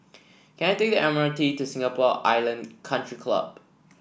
can I take the M R T to Singapore Island Country Club